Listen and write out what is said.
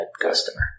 customer